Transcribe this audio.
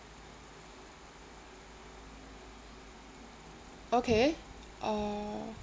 okay uh